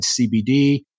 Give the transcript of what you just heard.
CBD